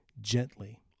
gently